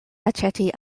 aĉeti